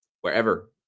wherever